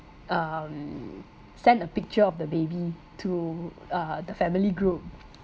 um send a picture of the baby to uh the family group